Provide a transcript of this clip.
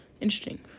Interesting